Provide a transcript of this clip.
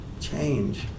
change